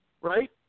Right